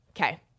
okay